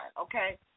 okay